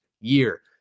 year